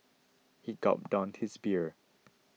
he gulped down his beer